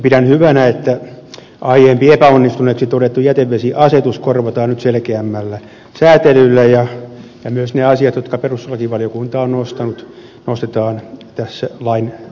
pidän hyvänä että aiempi epäonnistuneeksi todettu jätevesiasetus korvataan nyt selkeämmällä säätelyllä ja myös ne asiat jotka perustuslakivaliokunta on nostanut nostetaan tässä lain tasolle